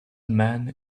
man